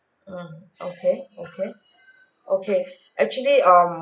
mm okay okay okay actually um